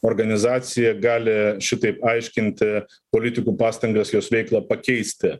organizacija gali šitaip aiškinti politikų pastangas jos veiklą pakeisti